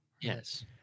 Yes